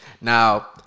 Now